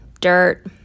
dirt